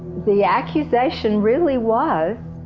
the accusation really was,